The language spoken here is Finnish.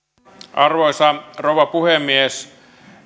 arvoisa rouva puhemies